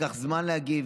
לקח להם זמן להגיב